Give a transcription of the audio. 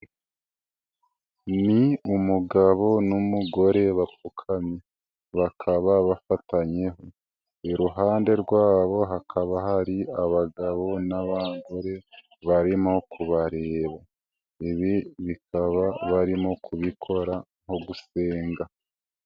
Ni umugabo n'umugore bapfukamye, bakaba bafatanye, iruhande rwabo hakaba hari abagabo n'abagore, barimo kubareba, ibi bakaba barimo kubikora nko gusenga.